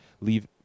Leave